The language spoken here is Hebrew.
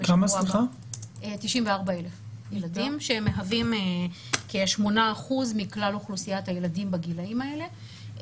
94 אלף מהווים כ-8 אחוזים מכלל אוכלוסיית הילדים בגילים האלה.